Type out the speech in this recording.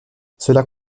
cela